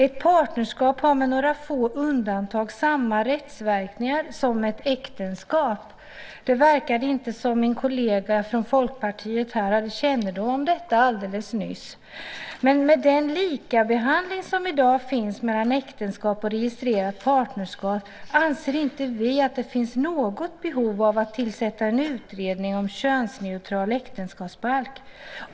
Ett partnerskap har med några få undantag samma rättsverkningar som ett äktenskap. Det verkade min kollega från Folkpartiet här alldeles nyss inte ha kännedom om. Med den likabehandling som i dag finns mellan äktenskap och registrerat partnerskap anser inte vi att det finns något behov av att tillsätta en utredning om en könsneutral äktenskapsbalk.